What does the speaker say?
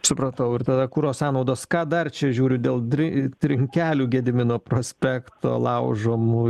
supratau ir tada kuro sąnaudos ką dar čia žiūriu dėl dri trinkelių gedimino prospekto laužomų